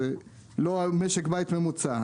זה לא משק בית ממוצע,